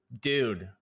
dude